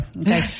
okay